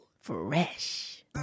fresh